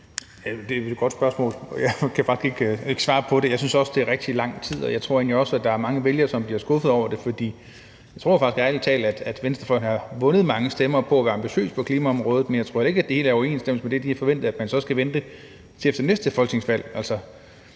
Det er vel et godt spørgsmål, og jeg kan faktisk ikke svare på det. Jeg synes også, det er rigtig lang tid, og jeg tror egentlig også, at der er mange vælgere, som bliver skuffede over det., For jeg tror faktisk ærlig talt, at venstrefløjen har vundet mange stemmer på at være ambitiøse på klimaområdet, men jeg tror heller ikke, at det helt er i overensstemmelse med det, som de havde forventet, at man så skal vente til efter næste folketingsvalg.